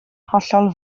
hollol